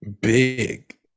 big